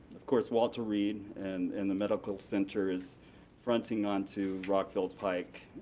of course, walter reed and and the medical center is fronting on to rockville pike